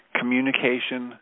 communication